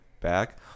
back